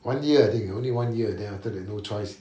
one year I think only one year then after that no choice